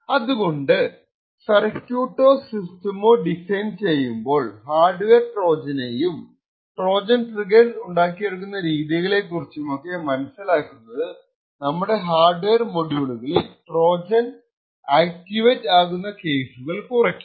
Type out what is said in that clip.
അതുകൊണ്ട് സർക്യൂട്ടോ സിസ്റ്റമോ ഡിസൈൻ ചെയ്യുമ്പോൾഹാർഡ്വെയർ ട്രോജെനേയും ട്രോജൻ ട്രിഗേഴ്സ് ഉണ്ടാക്കിയെടുക്കുന്ന രീതികളെ ക്കുറിച്ചൊക്കെ മനസിലുണ്ടാകുന്നത് നമ്മുടെ ഹാർഡ്വെയർ മോഡ്യൂളിൽ ട്രോജൻ ആക്ടിവേറ്റ് ആകുന്ന കേസുകൾ കുറയ്ക്കും